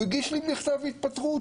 הוא הגיש לי מכתב התפטרות.